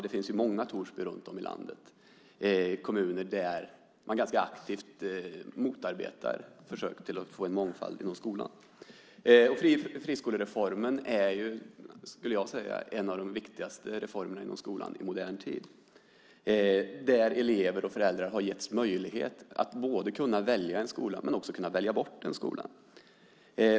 Det finns många Torsby runt om i landet - kommuner där man ganska aktivt motarbetar försök att få en mångfald inom skolan. Friskolereformen är en av de viktigaste reformerna inom skolan i modern tid. Där har elever och föräldrar getts möjlighet att både kunna välja och välja bort en skola.